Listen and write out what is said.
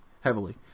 Heavily